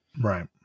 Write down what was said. Right